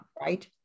right